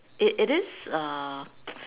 it it is err